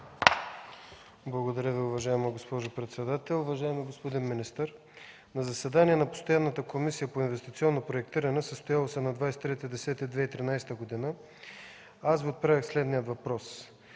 Благодаря Ви, уважаема госпожо председател. Уважаеми господин министър, на заседание на Постоянната комисия по инвестиционно проектиране, състояло се на 23 октомври 2013 г., аз Ви отправих следния въпрос: